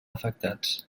afectats